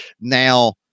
now